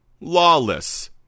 lawless